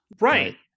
right